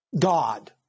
God